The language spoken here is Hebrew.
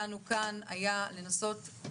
שהתחילה ב-2018 ואפשר היה להסתפק רק בה.